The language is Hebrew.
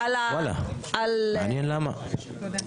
מעניין למה.